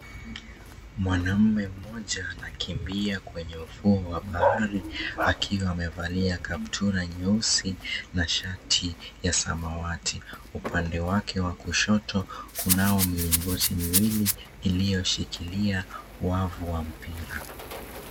Mwanamke mmoja anakimbia kwenye ufuo wa bahari akiwa wamevalia kaptura nyeusi na shati ya samawati, upande wake wa kushoto kunao mlingoti miwili iliyoshikilia wavu wa mpira.